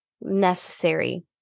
necessary